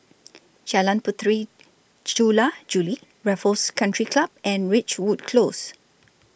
Jalan Puteri Jula Juli Raffles Country Club and Ridgewood Close